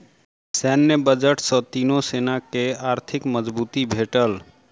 सैन्य बजट सॅ तीनो सेना के आर्थिक मजबूती भेटल